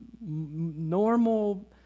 normal